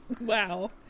wow